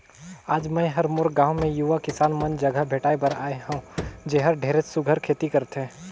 आज मैं हर मोर गांव मे यूवा किसान मन जघा भेंटाय बर आये हंव जेहर ढेरेच सुग्घर खेती करथे